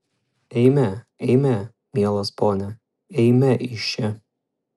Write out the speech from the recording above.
eime eime mielas pone eime iš čia